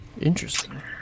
interesting